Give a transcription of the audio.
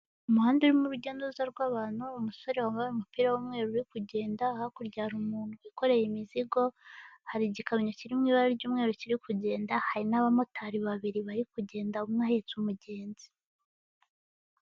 Umuhanda urimo urujya nuruza rw'abantu umusore wambaye umupira w'umweru uri kugenda, hakurya hari umuntu wikoreye imizigo hari igikamyo kiri mwibara ry'umweru kiri kugenda hari n'abamotari babiri bari kugenda umwe ahetse umugenzi.